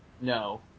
No